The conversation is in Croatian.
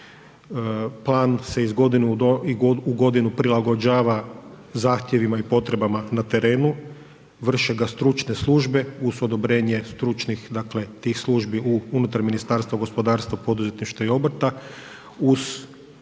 plan se iz godine u godinu prilagođava zahtjevima i potrebama na terenu, vrše ga stručne službe uz odobrenje dakle tih stručnih službi unutar Ministarstva gospodarstva, poduzetništva i obrta,